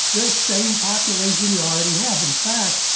the same population you already have. in fact,